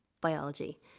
biology